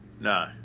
No